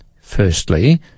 Firstly